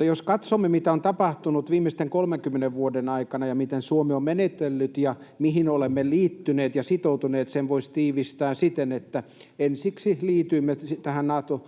Jos katsomme, mitä on tapahtunut viimeisten 30 vuoden aikana ja miten Suomi on menetellyt ja mihin olemme liittyneet ja sitoutuneet, niin sen voisi tiivistää siten, että ensiksi liityimme tähän Naton